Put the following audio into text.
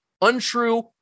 untrue